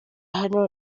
hano